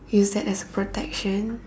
use that as protection